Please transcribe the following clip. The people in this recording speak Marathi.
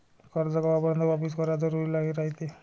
कर्ज कवापर्यंत वापिस करन जरुरी रायते?